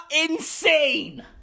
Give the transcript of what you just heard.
insane